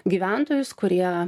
gyventojus kurie